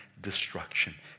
destruction